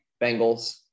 Bengals